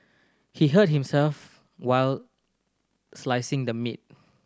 he hurt himself while slicing the meat